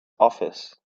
office